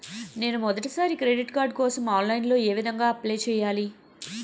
నేను మొదటిసారి credit card కోసం ఆన్లైన్ లో ఏ విధంగా అప్లై చేయాలి?